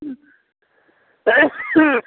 হ হুম